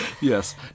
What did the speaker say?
yes